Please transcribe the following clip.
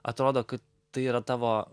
atrodo ka tai yra tavo